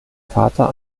vater